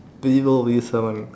V O V seven